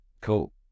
cool